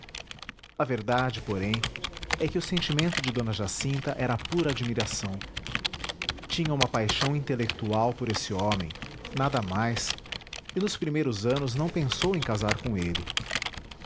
a verdade porém é que o sentimento de d jacinta era pura admiração tinha uma paixão intelectual por esse homem nada mais e nos primeiros anos não pensou em casar com ele